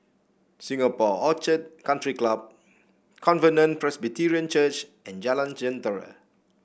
Singapore Orchid Country Club Covenant Presbyterian Church and Jalan Jentera